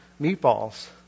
meatballs